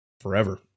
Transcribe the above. forever